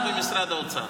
במשרד האוצר.